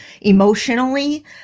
emotionally